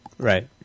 Right